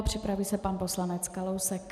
Připraví se pan poslanec Kalousek.